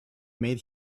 made